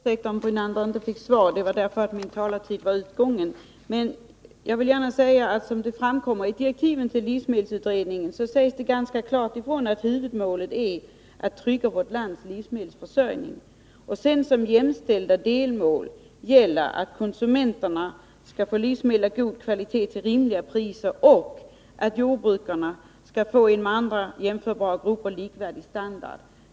Herr talman! Jag ber om ursäkt för att Lennart Brunander inte fick något svar. Det berodde på att min taletid var slut. I direktiven till livsmedelsutredningen sägs det ganska klart ifrån att huvudmålet är att trygga vårt lands livsmedelsförsörjning. Som jämställda delmål gäller att konsumenterna skall få livsmedel av god kvalitet till rimliga priser och att jordbrukarna skall få en med andra jämförbara grupper likvärdig standard.